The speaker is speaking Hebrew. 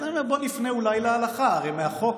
אז אני אומר: בואו נפנה אולי להלכה, הרי את החוק